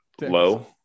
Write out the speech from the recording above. Low